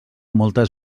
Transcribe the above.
moltes